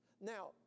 Now